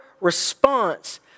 Response